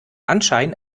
anschein